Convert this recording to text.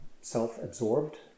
self-absorbed